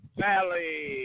valley